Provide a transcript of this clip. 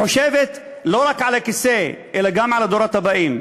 שחושבת לא רק על הכיסא, אלא גם על הדורות הבאים,